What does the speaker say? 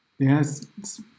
Yes